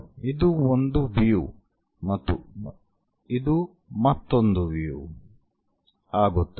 ಇದು ಒಂದು ವ್ಯೂ ಇದು ಮತ್ತೊಂದು ವ್ಯೂ ಆಗುತ್ತದೆ